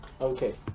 okay